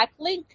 backlink